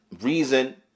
reason